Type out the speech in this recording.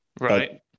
Right